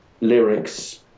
lyrics